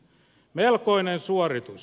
melkoinen suoritus